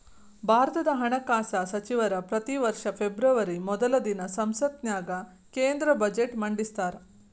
ಭಾರತದ ಹಣಕಾಸ ಸಚಿವರ ಪ್ರತಿ ವರ್ಷ ಫೆಬ್ರವರಿ ಮೊದಲ ದಿನ ಸಂಸತ್ತಿನ್ಯಾಗ ಕೇಂದ್ರ ಬಜೆಟ್ನ ಮಂಡಿಸ್ತಾರ